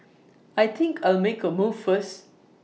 I think I'll make A move first